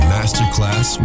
Masterclass